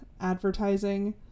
advertising